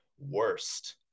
worst